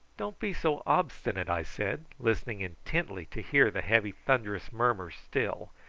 don't be so obstinate, i said, listening intently to hear the heavy thunderous murmur still,